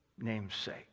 namesake